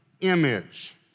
image